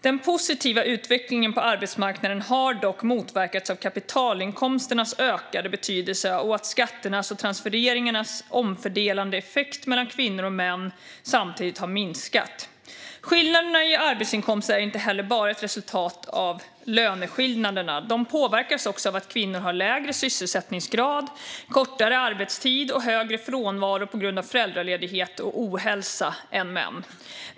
Den positiva utvecklingen på arbetsmarknaden har dock motverkats av kapitalinkomsternas ökade betydelse och att skatternas och transfereringarnas omfördelande effekt mellan kvinnor och män samtidigt har minskat. Skillnaderna i arbetsinkomster är inte heller bara ett resultat av löneskillnaderna. De påverkas också av att kvinnor har lägre sysselsättningsgrad, kortare arbetstid och högre frånvaro på grund av föräldraledighet och ohälsa än män.